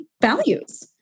values